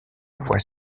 voies